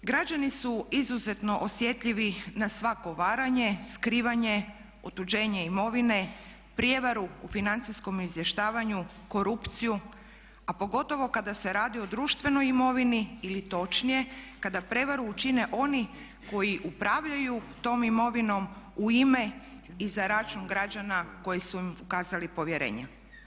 Građani su izuzetno osjetljivi na svako varanje, skrivanje, otuđenje imovine, prijevaru u financijskom izvještavanju, korupciju a pogotovo kada se radi o društvenoj imovini ili točnije kada prijevaru učine oni koji upravljaju tom imovinom u ime i za račun građana koji su im ukazali povjerenje.